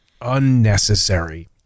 unnecessary